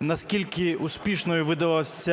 наскільки успішною видалась